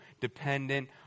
dependent